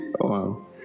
wow